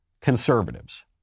conservatives